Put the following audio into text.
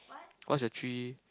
what's your three